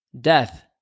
death